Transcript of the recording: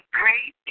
great